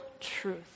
truth